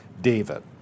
David